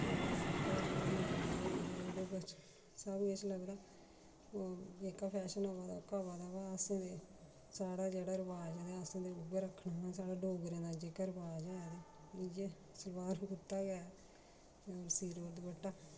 ओह् अज्जकल घर घर मोबाइल होई गेदे ते ओह्दे उप्पर सब किश लभदा ओह् एह्का फैशन आवा दा ओह्का आवा दा अबा असें ते साढ़ा जेह्ड़ा रवाज ऐ ते असें ते उ'यै रक्खना साढ़ा डोगरें दा जेह्का रवाज ऐ ते इ'यै सलवार कुर्ता गै ऐ ते सिरोर दपट्टा